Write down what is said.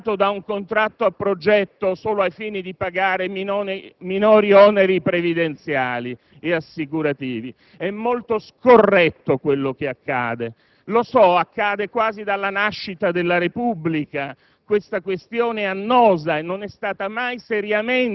come accade in molti casi - strumentalizzato da un contratto a progetto solo ai fini di pagare minori oneri previdenziali e assicurativi. È molto scorretto ciò che accade. So che è quasi dalla nascita della Repubblica